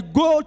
go